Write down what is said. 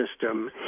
system